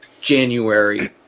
January